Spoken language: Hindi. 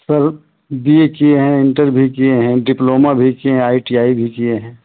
सर बी ए किये हैं इन्टर भी किये हैं डिप्लोमा भी किये हैं आई टी आई भी किये हैं